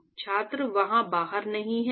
छात्र वहाँ बाहर नहीं है